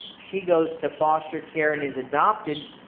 she goes to foster care and is adopted.